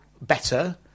better